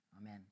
Amen